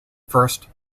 first